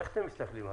איך מסתכלים עליו?